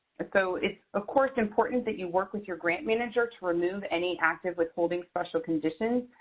ah so it's of course important that you work with your grant manager to remove any active withholding special conditions,